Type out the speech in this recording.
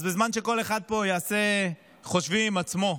אז בזמן שכל אחד פה יעשה חושבים עם עצמו,